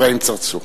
אברהים צרצור.